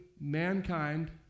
mankind